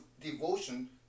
devotion